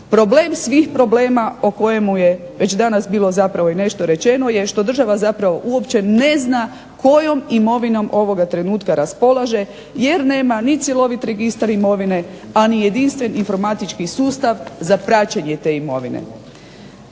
Problem svih problema o kojemu je danas bilo nešto rečeno što država uopće ne zna kojom imovinom ovog trenutka raspolaže jer nema niti cjelovit registar imovine, a ni jedinstven informatički sustav za praćenje te imovine.